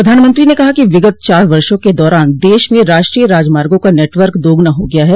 प्रधानमंत्री ने कहा कि विगत चार वर्षो के दौरान देश में राष्ट्रीय राजमार्गो का नेटवर्क दोगुना हो गया है